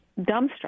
dumbstruck